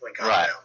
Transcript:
Right